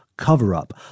cover-up